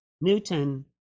Newton